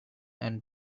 and